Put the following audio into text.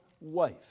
wife